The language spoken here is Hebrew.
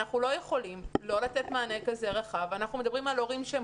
שהם לא יכולים לתת מענה כזה רחב ואנחנו מדברים על הורים שהם